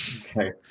Okay